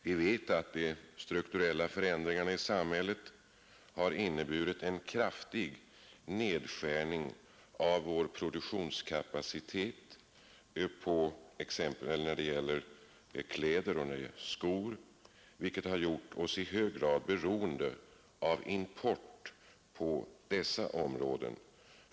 Vi vet att de strukturella förändringarna i samhället har inneburit en kraftig nedskärning av vår produktionskapacitet exempelvis när det gäller kläder och skor. vilket har gjort oss i hög grad beroende av import på dessa områden.